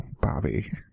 Bobby